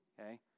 Okay